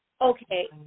Okay